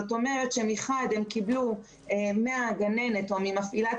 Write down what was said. זאת אומרת שמחד הם קיבלו מהגננת או ממפעילת